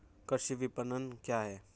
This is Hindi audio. कृषि विपणन क्या है?